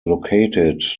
located